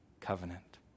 covenant